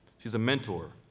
she's a mentor,